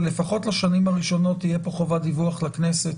אבל לפחות לשנים הראשונות תהיה פה חובת דיווח לכנסת